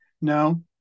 No